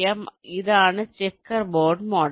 അതിനാൽ ഇതാണ് checker board model